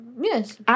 Yes